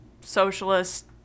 socialist